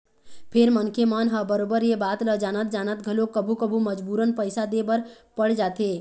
फेर मनखे मन ह बरोबर ये बात ल जानत जानत घलोक कभू कभू मजबूरन पइसा दे बर पड़ जाथे